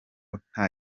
nta